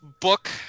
book